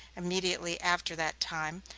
immediately after that time,